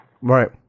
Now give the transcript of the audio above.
Right